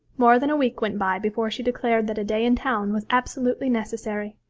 more than a week went by before she declared that a day in town was absolutely necessary.